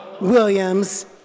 Williams